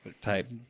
type